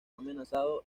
amenazado